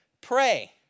pray